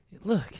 Look